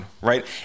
right